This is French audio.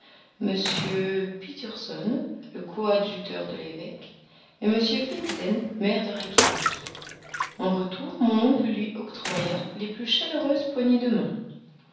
m pietursson le coadjuteur de l'évêque et m finsen maire de reykjawik en retour mon oncle lui octroya les plus chaleureuses poignées de main